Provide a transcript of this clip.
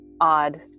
odd